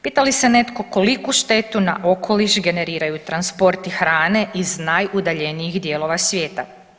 Pita li se netko koliko štetu na okoliš generiraju transporti hrane iz najudaljenijih dijelova svijeta?